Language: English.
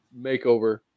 makeover